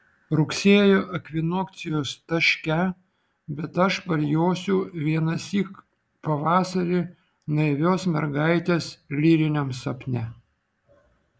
rugsėjo ekvinokcijos taške bet aš parjosiu vienąsyk pavasarį naivios mergaitės lyriniam sapne